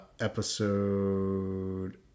episode